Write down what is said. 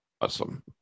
Awesome